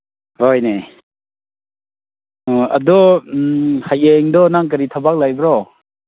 ꯍꯣꯏꯅꯦ ꯑꯣ ꯑꯗꯨ ꯍꯌꯦꯡꯗꯣ ꯅꯪ ꯀꯔꯤ ꯊꯕꯛ ꯂꯩꯕ꯭ꯔꯣ